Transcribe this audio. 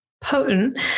potent